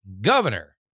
governor